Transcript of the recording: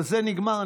ובזה זה נגמר.